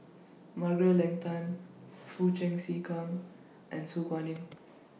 Margaret Leng Tan Foo Chee C Keng and Su Guaning